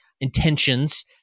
intentions